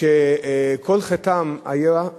שכל חטאם היה,